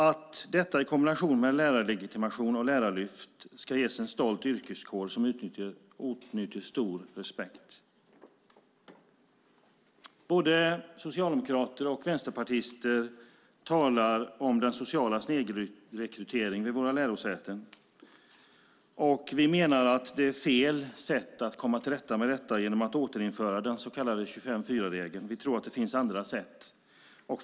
Allt detta i kombination med en lärarlegitimation och lärarlyft ska ge en stolt yrkeskår som åtnjuter stor respekt. Både socialdemokrater och vänsterpartister talar om den sociala snedrekryteringen vid våra lärosäten. Vi menar att det är fel sätt att komma till rätta med detta att återinföra den så kallade 25:4-regeln. Vi tror att det finns andra sätt.